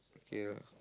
okay lah